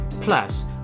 Plus